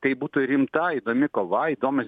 tai būtų rimta įdomi kova įdomios